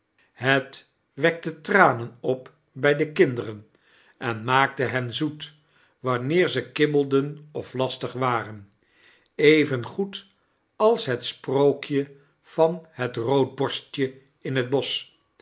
het wekte tranen op bij de kinderen en maakte hen zoet wanneer ze kibbelden of lastig waren evengoed als het sprookje van het roodborstje in het bosch